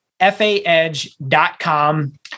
FAEdge.com